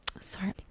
sorry